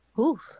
Oof